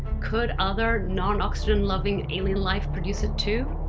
could other non-oxygen loving alien life produce it, too?